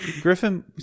griffin